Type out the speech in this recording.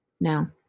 Now